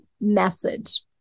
message